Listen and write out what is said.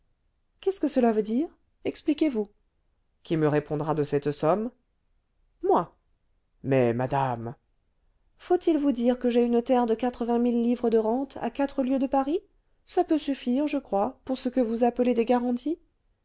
qu'est-ce que cela veut dire expliquez-vous qui me répondra de cette somme moi mais madame faut-il vous dire que j'ai une terre de quatre-vingt mille livres de rente à quatre lieues de paris ça peut suffire je crois pour ce que vous appelez des garanties